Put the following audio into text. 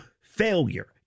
failure